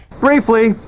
Briefly